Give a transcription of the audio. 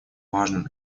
важным